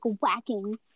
whacking